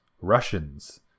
Russians